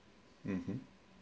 mmhmm